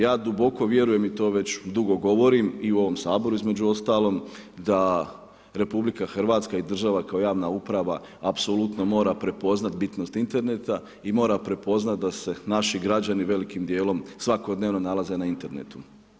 Ja duboko vjerujem i to već dugo govorim i u ovom Saboru između ostalog, da RH i država kao javna uprava apsolutno mora prepoznati bitnost interneta i mora prepoznati da se naši građani velikim djelom svakodnevno nalaze na internetu.